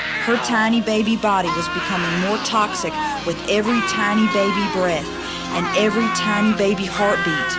her tiny baby body was becoming more toxic with every tiny baby breath and every time baby heartbeat,